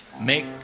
make